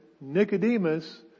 Nicodemus